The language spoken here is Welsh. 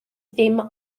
dim